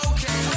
Okay